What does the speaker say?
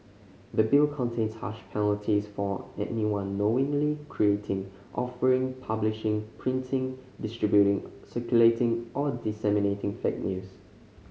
the Bill contains harsh penalties for anyone knowingly creating offering publishing printing distributing circulating or disseminating fake news